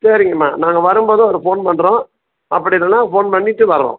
சரிங்கம்மா நாங்கள் வரும்போது ஒரு ஃபோன் பண்ணுறோம் அப்படி இல்லைன்னா போன் பண்ணிவிட்டு வரோம்